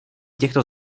těchto